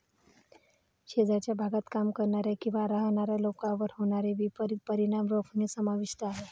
शेजारच्या भागात काम करणाऱ्या किंवा राहणाऱ्या लोकांवर होणारे विपरीत परिणाम रोखणे समाविष्ट आहे